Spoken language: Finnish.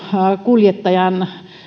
kuljettajan